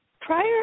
Prior